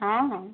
ହଁ ହଁ